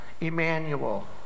Emmanuel